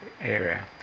area